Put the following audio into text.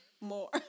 more